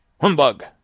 Humbug